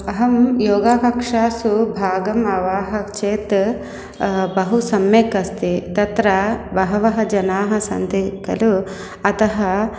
अहं योगाकक्षासु भागम् उवाह चेत् बहु सम्यक् अस्ति तत्र बहवः जनाः सन्ति खलु अतः